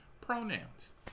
Pronouns